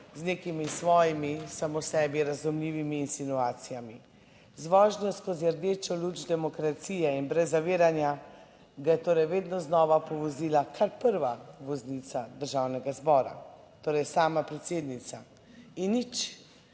z nekimi svojimi samo sebi razumljivimi insinuacijami, z vožnjo skozi rdečo luč demokracije in brez zaviranja ga je torej vedno znova povozila kar prva voznica Državnega zbora. Torej, sama predsednica in nič,